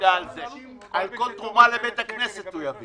על כל תרומה לבית כנסת יביאו אישור.